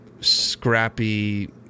scrappy